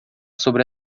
sobre